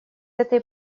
этой